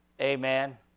Amen